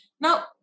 Now